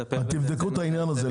תבדקו את העניין הזה.